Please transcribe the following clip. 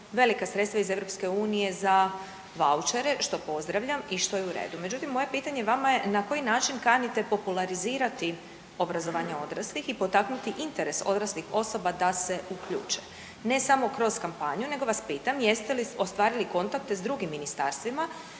velika sredstva iz EU za vaučere, što pozdravljam i što je u redu. Međutim moje pitanje vama je na koji način kanite popularizirati obrazovanje odraslih i potaknuti interes odraslih osoba da se uključe ne samo kroz kampanju nego vas pitam jeste li ostvarili kontakte s drugim ministarstvima